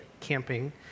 camping